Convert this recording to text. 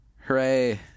Hooray